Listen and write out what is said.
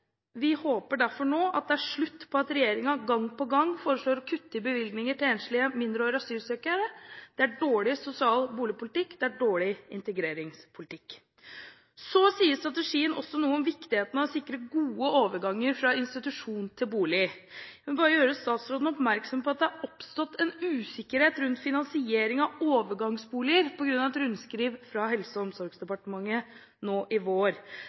Vi håper derfor nå at det er slutt på at regjeringen gang på gang foreslår å kutte i bevilgninger til enslige mindreårige asylsøkere. Det er dårlig sosial boligpolitikk, og det er dårlig integreringspolitikk. Strategien sier også noe om viktigheten av å sikre gode overganger fra institusjon til bolig. Jeg vil bare gjøre statsråden oppmerksom på at det er oppstått usikkerhet rundt finansieringen av overgangsboliger på grunn av et rundskriv fra Helse- og omsorgsdepartementet nå i vår.